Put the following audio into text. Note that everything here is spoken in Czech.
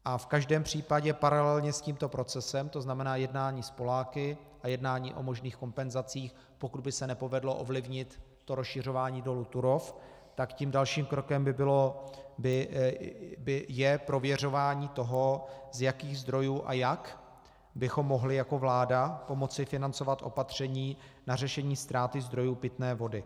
V každém případě paralelně s tímto procesem, to znamená jednání s Poláky a jednání o možných kompenzacích, pokud by se nepovedlo ovlivnit to rozšiřování dolu Turów, tak tím dalším krokem je prověřování toho, z jakých zdrojů a jak bychom mohli jako vláda pomoci financovat opatření na řešení ztráty zdrojů pitné vody.